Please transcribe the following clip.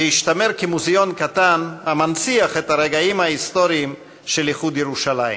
והשתמר כמוזיאון קטן המנציח את הרגעים ההיסטוריים של איחוד ירושלים.